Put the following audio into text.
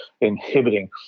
inhibiting